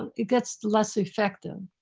it gets less effective.